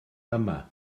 yma